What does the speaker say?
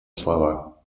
слова